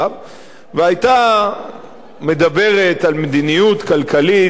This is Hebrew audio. והיתה מדברת על מדיניות כלכלית מופקרת,